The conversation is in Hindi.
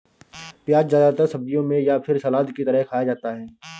प्याज़ ज्यादातर सब्जियों में या फिर सलाद की तरह खाया जाता है